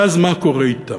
ואז מה קורה אתם.